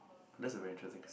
that's a very interesting